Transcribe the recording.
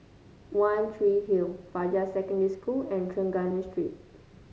One Tree Hill Fajar Secondary School and Trengganu Street